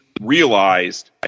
realized